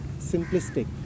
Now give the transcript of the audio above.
simplistic